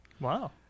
Wow